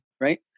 right